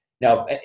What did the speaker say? Now